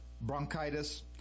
bronchitis